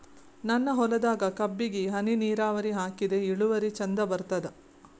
ನನ್ನ ಹೊಲದಾಗ ಕಬ್ಬಿಗಿ ಹನಿ ನಿರಾವರಿಹಾಕಿದೆ ಇಳುವರಿ ಚಂದ ಬರತ್ತಾದ?